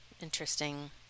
interesting